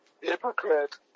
hypocrite